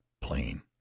plain